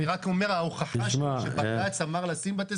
אני רק אומר שהעובדה שבג"ץ אמר לשים בתי